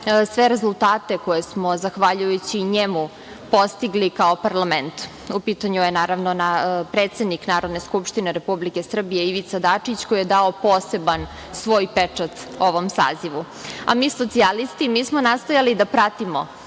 sve rezultate koje smo zahvaljujući njemu postigli kao parlament. U pitanju je, naravno, predsednik Narodne skupštine Republike Srbije Ivica Dačić, koji je dao poseban svoj pečat ovom sazivu, a mi socijalisti smo nastojali da pratimo